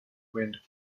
wind